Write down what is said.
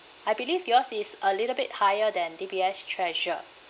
I believe yours is a little bit higher than D_B_S treasure